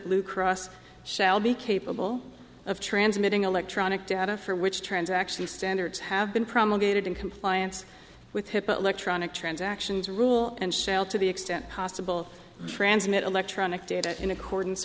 blue cross shall be capable of transmitting electronic data for which trans actually standards have been promulgated in compliance with hipaa electronic transactions rule and shall to the extent possible transmit electronic data in accordance